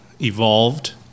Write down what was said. evolved